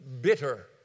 bitter